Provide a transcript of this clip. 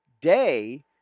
day